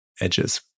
edges